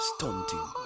Stunting